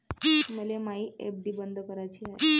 मले मायी एफ.डी बंद कराची हाय